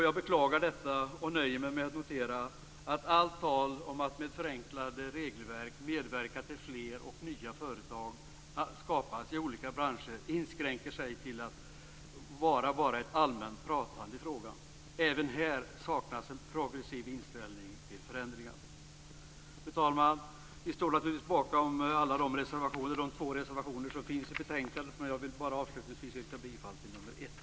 Jag beklagar detta och nöjer mig med att notera att allt tal om att med förenklade regelverk medverka till att fler och nya företag skapas i olika branscher inskränker sig till ett allmänt pratande. Även här saknas en progressiv inställning till förändringar. Fru talman! Vi står naturligtvis bakom de två borgerliga reservationer som finns i betänkandet. Jag vill avslutningsvis yrka bifall till reservation nr 1.